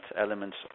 elements